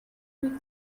wheel